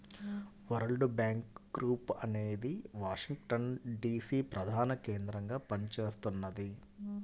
world bank group అనేది Washington DC ప్రధానకేంద్రంగా పనిచేస్తున్నది